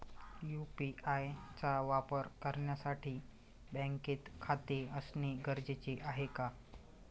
UPI चा वापर करण्यासाठी बँकेत खाते असणे गरजेचे आहे का?